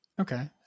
Okay